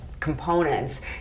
components